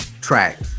track